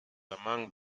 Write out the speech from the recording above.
among